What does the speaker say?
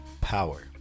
power